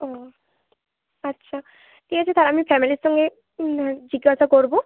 ও আচ্ছা ঠিক আছে তা আমি ফ্যামিলির সঙ্গে হ্যাঁ জিজ্ঞাসা করব